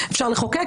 אפשר לחוקק,